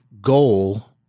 goal